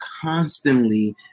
constantly